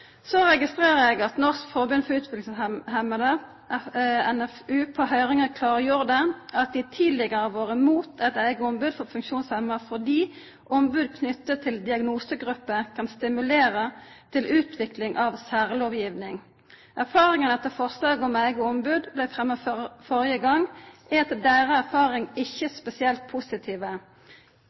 registrerer at Norsk Forbund for Utviklingshemmede, NFU, på høyringa klargjorde at dei tidlegare har vore mot eit eige ombod for funksjonshemma, fordi ombod knytt til diagnosegrupper kan stimulera til utvikling av særlovgiving. Erfaringane etter at forslaget om eige ombod blei fremja førre gong, er etter deira erfaring ikkje spesielt positive.